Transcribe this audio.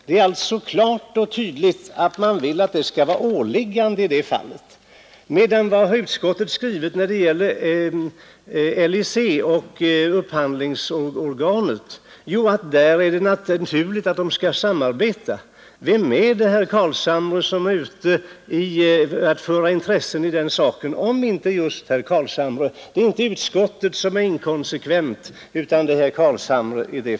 Det är alltså klart att man vill att det skall vara ett åliggande i det fallet, medan utskottet har skrivit beträffande LIC och upphandlingsorganet att det är naturligt att de skall samarbeta. Vem är det, herr Carlshamre, som talar för vissa privata intressen i det fallet om inte just herr Carlshamre? Det är inte utskottet som är inkonsekvent utan det är herr Carlshamre.